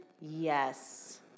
Yes